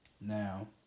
Now